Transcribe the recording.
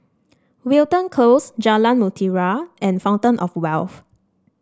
Wilton Close Jalan Mutiara and Fountain Of Wealth